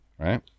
Right